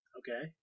okay